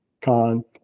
con